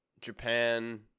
Japan